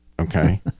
okay